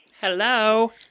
Hello